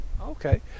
Okay